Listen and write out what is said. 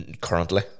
Currently